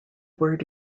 word